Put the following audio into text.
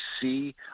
see